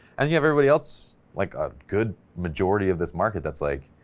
and you have everybody else like a good majority of this market that's like,